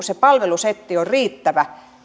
se palvelusetti on riittävä